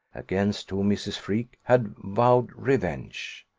against whom mrs. freke had vowed revenge.